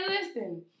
Listen